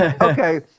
okay